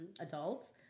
adults